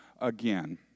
again